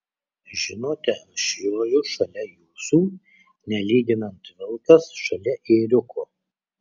žinote aš joju šalia jūsų nelyginant vilkas šalia ėriuko